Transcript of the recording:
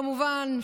כמובן,